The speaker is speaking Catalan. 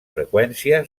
freqüència